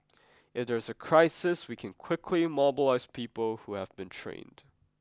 if there's a crisis we can quickly mobilise people who have been trained